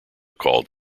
called